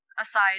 aside